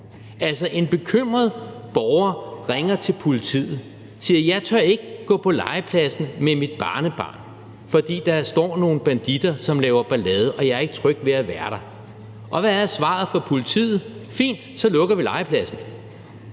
En bekymret borger ringer til politiet og siger: Jeg tør ikke gå på legepladsen med mit barnebarn, fordi der står nogle banditter, som laver ballade, og jeg er ikke tryg ved at være der. Hvad er svaret fra politiet? Fint, så lukker vi legepladsen.